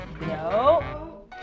No